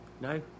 no